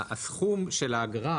הסכום של האגרה,